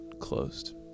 closed